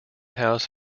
house